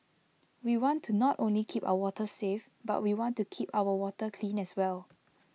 we want to not only keep our waters safe but we want to keep our water clean as well